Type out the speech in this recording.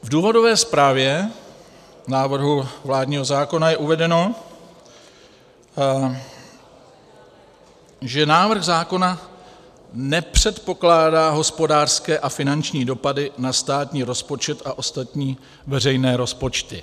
V důvodové zprávě návrhu vládního zákona je uvedeno, že návrh zákona nepředpokládá hospodářské a finanční dopady na státní rozpočet a ostatní veřejné rozpočty.